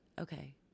okay